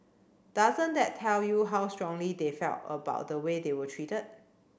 doesn't that tell you how strongly they felt about the way they were treated